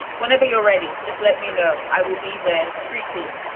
whenever you're ready, just let me know. i will be the street team.